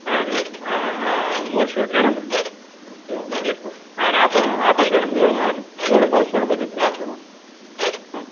ಹಾಂ ರೀ ಮೂರು ಸೂಡು ರೀ ಮೇಡಮ್ ರೀ ಏಳು ಮೂರ್ಲಿ ಇಪ್ಪತ್ತು ಹಾಂ ರಾತ್ ಆತಲ್ಲ ರೀ ಮೇಡಮ್ ಏಳು ಮೂರು ಏಳು ರೂಪಾಯ್ಗೆ ಒಂದು ಸೂಡು ಬತೈತೆ ರೀ ಆಯ್ತ್ ತಗೋರಿ ಆಯ್ತ್